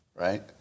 right